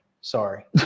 sorry